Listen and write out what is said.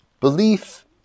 Belief